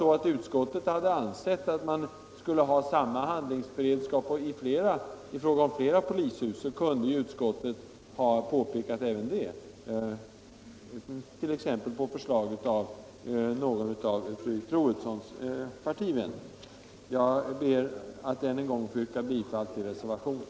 Om utskottet hade ansett att man skulle ha samma handlingsberedskap i fråga om flera polishus, kunde ju utskottet ha påpekat även det —t.ex. på förslag av någon av fru Troedssons partivänner. Jag ber än en gång att få yrka bifall till reservationen.